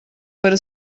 para